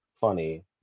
funny